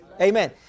Amen